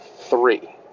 three